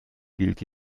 gilt